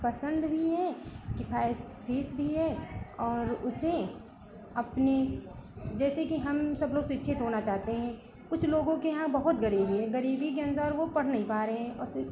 पसंद भी है किफायती चीज़ भी है और उसे अपनी जैसे कि हम सब लोग शिक्षित होना चाहते है कुछ लोगों के यहाँ बहुत गरीबी है गरीबी के अनुसार वह पढ़ नहीं पा रहे हैं और सिर्फ